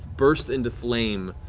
burst into flame,